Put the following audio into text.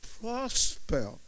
prosper